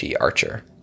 Archer